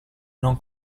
non